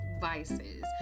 vices